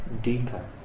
deeper